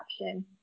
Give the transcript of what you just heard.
option